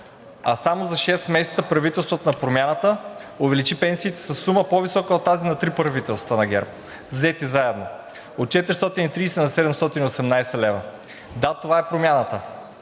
а само за шест месеца правителството на Промяната увеличи пенсиите със сума по-висока от тази на три правителства на ГЕРБ взети заедно – от 430 на 718 лв. Да, това е Промяната.